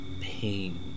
pain